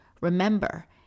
Remember